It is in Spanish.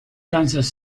kansas